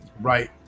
right